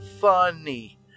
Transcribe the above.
funny